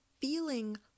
feeling